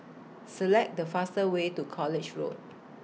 Select The fastest Way to College Road